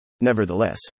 Nevertheless